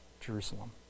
Jerusalem